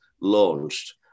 launched